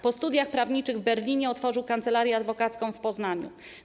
Po studiach prawniczych w Berlinie otworzył kancelarię adwokacką w Poznaniu.